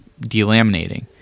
delaminating